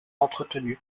entretenu